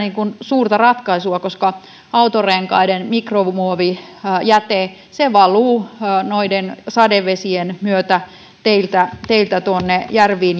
suurta ratkaisua koska autonrenkaiden mikromuovijäte valuu noiden sadevesien myötä teiltä teiltä tuonne järviin